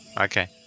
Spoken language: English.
Okay